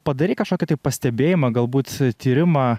padarei kažkokį tai pastebėjimą galbūt tyrimą